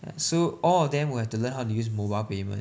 ya so all of them will have to learn how to use mobile payment